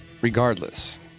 Regardless